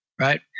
right